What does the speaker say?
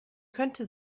könnte